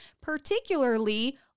particularly